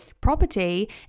property